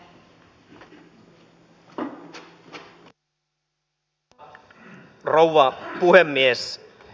arvoisa rouva puhemies